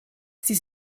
sie